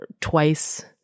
twice